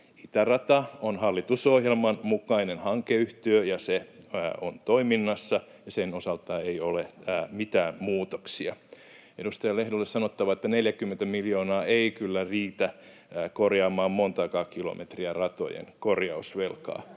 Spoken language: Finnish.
Itärata on hallitusohjelman mukainen hankeyhtiö. Se on toiminnassa, ja sen osalta ei ole mitään muutoksia. Edustaja Lehdolle on sanottava, että 40 miljoonaa ei kyllä riitä korjaamaan montaakaan kilometriä ratojen korjausvelkaa,